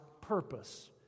purpose